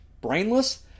brainless